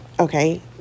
okay